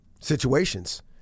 situations